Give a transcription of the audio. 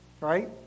right